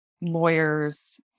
lawyers